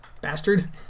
bastard